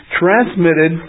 transmitted